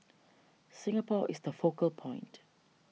Singapore is the focal point